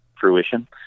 fruition